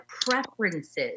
preferences